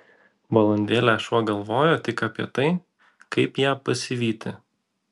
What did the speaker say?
valandėlę šuo galvojo tik apie tai kaip ją pasivyti